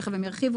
תכף הם ירחיבו.